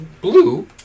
blue